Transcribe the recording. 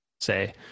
say